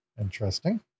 Interesting